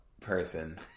person